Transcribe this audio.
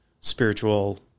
spiritual